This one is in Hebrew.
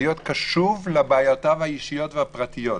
צריך תמיד להיות קשובים לבעיותיו האישיות והפרטיות.